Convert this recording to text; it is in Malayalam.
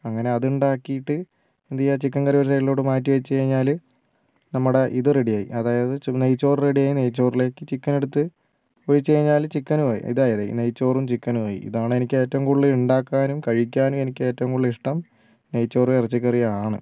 അങ്ങനെ അത് ഉണ്ടാക്കിയിട്ട് എന്ത് ചെയ്യുക ചിക്കൻ കറി ഒരു സൈഡിലേക്കു മാറ്റി വച്ചു കഴിഞ്ഞാൽ നമ്മുടെ ഇത് റെഡി ആയി അതായത് നെയ്ച്ചോർ റെഡി ആയി നെയ്ച്ചോറിലേക്ക് ചിക്കൻ എടുത്ത് ഒഴിച്ച് കഴിഞ്ഞാൽ ചിക്കനും ആയി ഇതായി ഈ നെയ്ച്ചോറും ചിക്കനും ആയി ഇതാണ് എനിക്ക് ഏറ്റവും കൂടുതൽ ഉണ്ടാക്കാനും കഴിക്കാനും എനിക്ക് ഏറ്റവും കൂടുതൽ ഇഷ്ടം നെയ്ച്ചോറും ഇറച്ചിക്കറിയും ആണ്